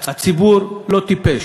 הציבור לא טיפש,